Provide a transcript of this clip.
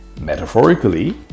metaphorically